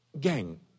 Gang